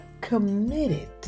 committed